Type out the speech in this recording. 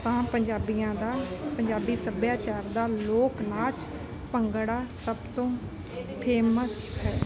ਤਾਂ ਪੰਜਾਬੀਆਂ ਦਾ ਪੰਜਾਬੀ ਸੱਭਿਆਚਾਰ ਦਾ ਲੋਕ ਨਾਚ ਭੰਗੜਾ ਸਭ ਤੋਂ ਫੇਮਸ ਹੈ